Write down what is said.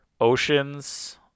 oceans